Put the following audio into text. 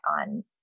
on